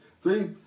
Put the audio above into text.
Three